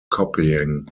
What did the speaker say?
copying